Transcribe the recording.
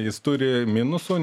jis turi minusų